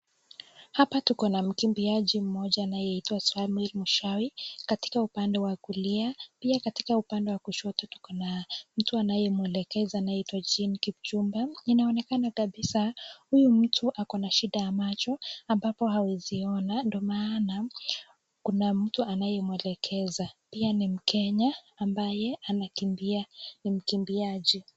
Hapa tuko na mkimbiaji mmoja anayeitwa Samuel Mushai, katika upande wa kulia. Pia katika upande wa kushoto tuko na mtu anayemwelekeza anaitwa Jean Kipchumba. Inaonekana kabisa huyu mtu ako na shida ya macho ambapo hawezi ona, ndio maana kuna mtu anayemwelekeza. Pia ni Mkenya ambaye anakimbia, ni mkimbiaji.